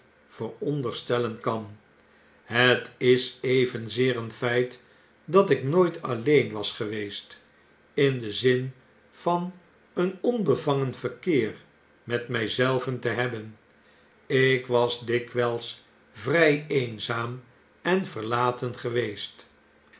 veronderstellen kan het is evenzeer een feit dat ik nooit alleen was geweest in den zin van een onbevangen verkeer met my zelven te hebben ik was dikwyls vry eenzaam en verlaten geweest